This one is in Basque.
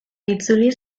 itzuli